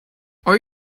are